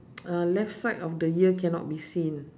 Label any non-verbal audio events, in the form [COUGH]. [NOISE] uh left side of the ear cannot be seen